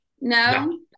No